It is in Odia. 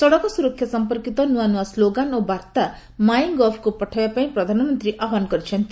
ସଡ଼କ ସୁରକ୍ଷା ସମ୍ପର୍କିତ ନ୍ତଆ ନ୍ତଆ ସ୍ଲୋଗାନ ଓ ବାର୍ତ୍ତା ମାଇଁ ଗଭ୍କୁ ପଠାଇବା ପାଇଁ ପ୍ରଧାନମନ୍ତ୍ରୀ ଆହ୍ୱାନ କରିଚ୍ଛନ୍ତି